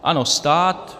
Ano, stát.